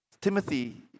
Timothy